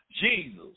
jesus